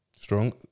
Strong